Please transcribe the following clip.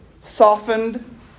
softened